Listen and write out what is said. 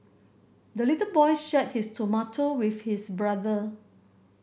the little boy shared his tomato with his brother